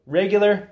regular